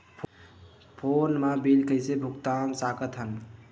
Phone मा bill कइसे भुक्तान साकत हन?